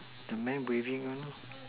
the man breathing one